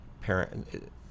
parent